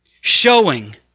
showing